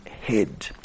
head